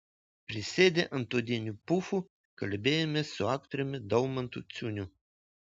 prisėdę ant odinių pufų kalbėjomės su aktoriumi daumantu ciuniu